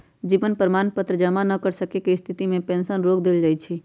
जीवन प्रमाण पत्र जमा न कर सक्केँ के स्थिति में पेंशन रोक देल जाइ छइ